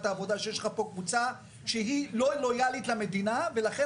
העבודה שיש לך פה קבוצה שהיא לא לויאלית למדינה ולכן